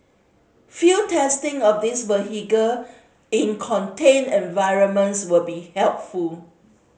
field testing of these vehicle in contained environments will be helpful